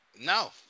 No